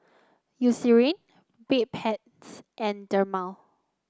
Eucerin Bedpans and Dermale